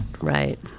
right